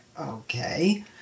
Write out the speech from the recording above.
okay